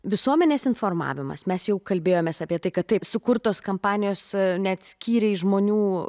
visuomenės informavimas mes jau kalbėjomės apie tai kad taip sukurtos kampanijos net skyrė žmonių